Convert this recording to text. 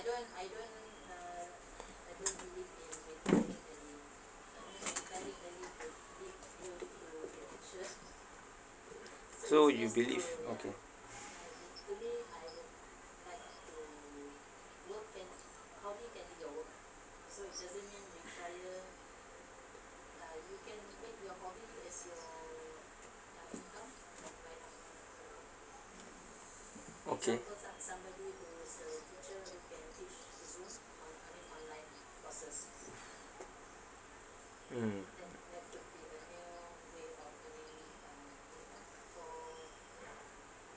so you believe okay okay mm